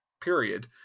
period